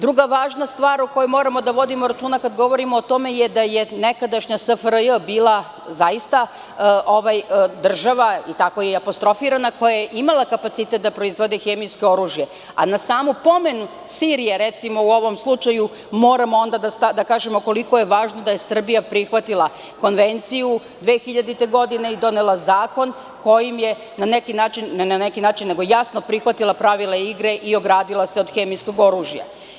Druga važna stvar o kojoj moramo da vodimo računa kad govorimo o tome je da je nekadašnja SFRJ bila zaista država, tako je i apostrofirana, koja je imala kapacitet da proizvodi hemijsko oružje, a na samu pomen Sirije, recimo, u ovom slučaju, moramo da kažemo koliko je važno da je Srbija prihvatila Konvenciju 2000. godine i donela zakon kojim je jasno prihvatila pravila igre i ogradila se od hemijskog oružja.